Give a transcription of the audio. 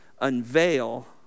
unveil